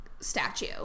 Statue